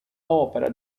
opera